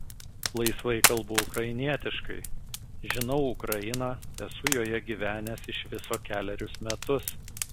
laisvai kalbu ukrainietiškai žinau ukrainą esu joje gyvenęs iš viso kelerius metus